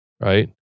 right